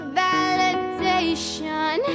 validation